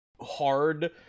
hard